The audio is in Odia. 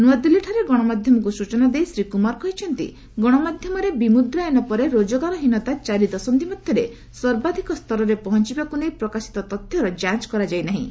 ନ୍ତଆଦିଲ୍ଲୀଠାରେ ଗଣମାଧ୍ୟମକୁ ସୂଚନା ଦେଇ ଶ୍ରୀ କୁମାର କହିଛନ୍ତି ଗଣମାଧ୍ୟମରେ ବିମୁଦ୍ରାୟନ ପରେ ରୋଜଗାରହୀନତା ଚାରି ଦଶନ୍ଧି ମଧ୍ୟରେ ସର୍ବାଧକ ସ୍ତରରେ ପହଞ୍ଚଥିବାକୁ ନେଇ ପ୍ରକାଶିତ ତଥ୍ୟର ଯାଞ୍ଚ କରାଯାଇନାହିଁ